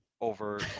over